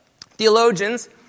theologians